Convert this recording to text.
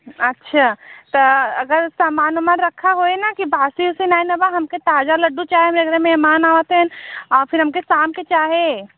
अच्छा तो अगर सामान वामान रखा होए ना कि बासी से नहीं न बा हमको ताज़ा लड्डू चाहे मेरे मेहमान आवत हैं और फ़िर हमके शाम को चाहे